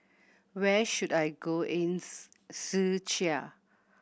where should I go in Czechia